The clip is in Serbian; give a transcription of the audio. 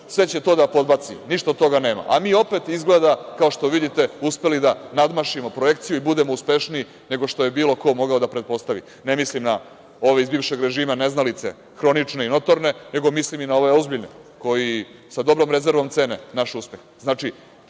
sve će to da podbaci. Ništa od toga nema. Mi opet, kao što vidite, smo uspeli da nadmašimo projekciju i budemo uspešniji, nego što je bilo ko mogao da pretpostavi. Ne mislim da ove iz bivšeg režima, neznalice, hronične i notorne, nego mislim i na ove ozbiljne koji sa dobrom rezervom cene naš uspeh.